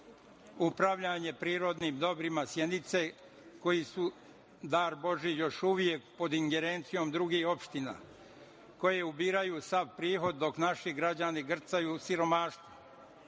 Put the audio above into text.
upravljanje prirodnim dobrima Sjenice, koji su dar božji, još uvek pod ingerencijom drugih opština, koje ubiraju sav prihod, dok naši građani grcaju u siromaštvu? Takođe,